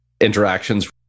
interactions